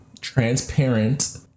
transparent